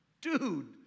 dude